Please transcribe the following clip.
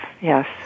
Yes